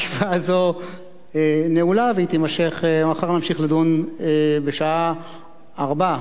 ישיבה זו נעולה, ומחר נמשיך לדון בשעה 16:00,